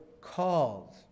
called